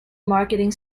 marketing